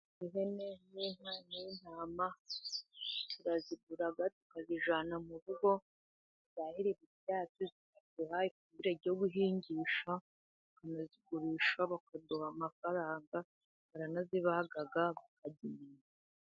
Ihene n'inka n'intama turazigura, tukazijyana mu rugo, tukazahirira ibyatsi zikaduha ifumbire yo guhingisha, , kandi turanazigurisha bakaduha amafaranga, baranazibahaga, tukakarya inyama.